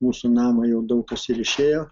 mūsų namo jau daug kas ir išėjo